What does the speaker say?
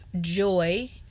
joy